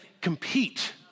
compete